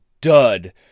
dud